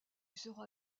sera